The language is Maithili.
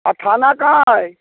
आ थाना कहाँ अइ